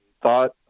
thought